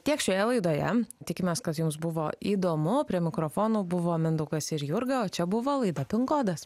tiek šioje laidoje tikimės kad jums buvo įdomu prie mikrofonų buvo mindaugas ir jurga o čia buvo laida pin kodas